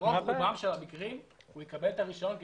ברוב רובם של המקרים הוא יקבל את הרישיון.